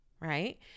right